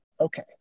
okay